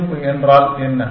சேமிப்பு என்றால் என்ன